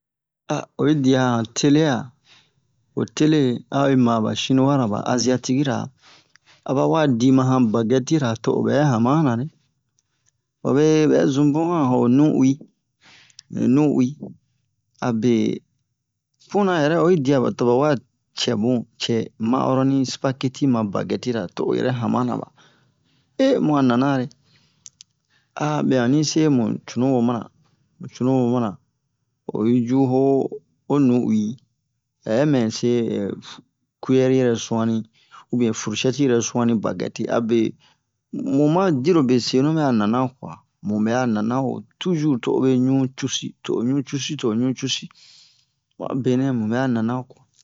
oyi dia han tele'a ho tele a oyi ma ba shinua ra ba aziatikira a ba wa di ma han bagɛtira to o bɛ hamanare wabe bɛ zun bun han ho o nu'uwi ho nu'uwi a be puna yɛrɛ oyi dia ba to ba wa cɛ bun cɛ ma'oroni spageti ma bagɛtira to o yɛrɛ hamana ba mu a nana re be onni se mu cunu wo mana mu cunu wo mana oyi ju ho o nu'uwi yɛ mɛ se kuiyɛri yɛrɛ suani ubien frushɛti yɛrɛ suani bagɛti a be mu man dirobe senu bɛ'a nana kwa mu bɛ'a nana wo tuzur to obe ɲu cusi to o ɲu cusi to ɲu cusi mu a benɛ mu bɛ a nana kwaɲ